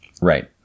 Right